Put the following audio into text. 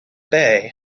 bay